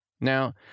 Now